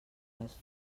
les